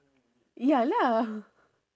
ya lah